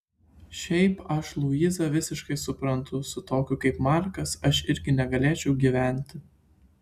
šiaip aš luizą visiškai suprantu su tokiu kaip markas aš irgi negalėčiau gyventi